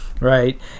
right